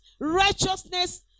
Righteousness